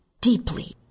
deeply